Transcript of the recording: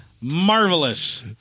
Marvelous